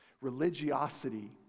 Religiosity